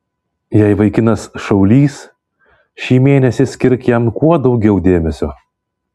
jei vaikinas šaulys šį mėnesį skirk jam kuo daugiau dėmesio